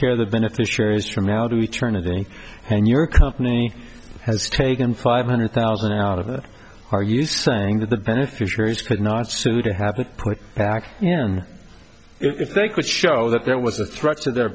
care of the beneficiaries from now to eternity and your company has taken five hundred thousand out of it are you saying that the beneficiaries could not sue to have that put back you know if they could show that there was a threat to their